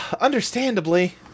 understandably